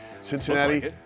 Cincinnati